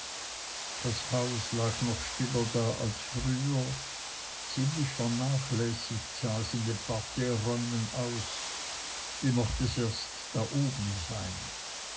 das haus lag noch stiller da als früher ziemlich vernachlässigt sah's in den parterreräumen aus wie mocht es erst da oben sein